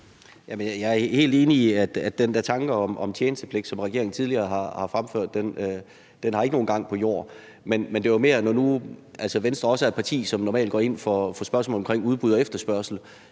Jeg er helt enig i, at den der tanke om tjenestepligt, som regeringen tidligere har fremført, ikke har nogen gang på jord. Men det var mere, når nu Venstre også er et parti, som normalt går ind for udbud og efterspørgsel.